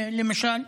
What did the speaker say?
למשל.